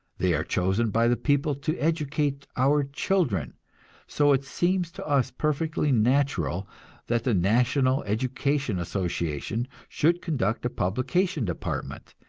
they are chosen by the people to educate our children so it seems to us perfectly natural that the national educational association should conduct a publication department,